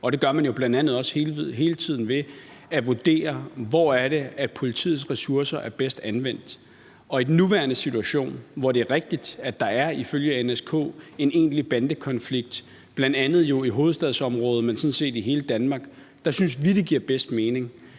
det gør man jo også bl.a. ved hele tiden at vurdere, hvor det er, at politiets ressourcer er bedst anvendt. Og i den nuværende situation, hvor det er rigtigt, at der ifølge NSK er en egentlig bandekonflikt, jo bl.a. i hovedstadsområdet, men sådan set i hele Danmark, synes vi, hvis der ikke